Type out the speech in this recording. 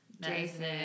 Jason